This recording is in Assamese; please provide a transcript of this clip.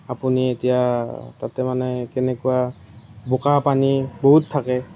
আপুনি এতিয়া তাতে মানে কেনেকুৱা বোকা পানী বহুত থাকে